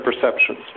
perceptions